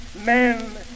men